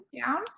down